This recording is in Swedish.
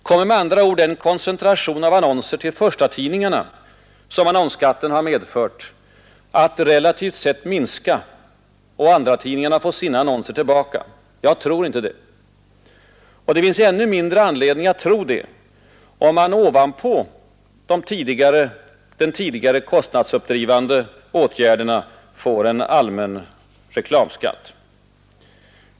Kommer med andra ord den koncentration av annonser till förstatidningarna, som annonsskatten har medfört, att relativt sett minska och andratidningarna få sina annonser tillbaka? Jag tror inte det. Och det finns ännu mindre anledning att tro det, om man ovanpå de tidigare kostnadsuppdrivande åtgärderna får en allmän reklamskatt.